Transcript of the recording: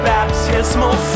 Baptismal